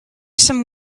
some